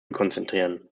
konzentrieren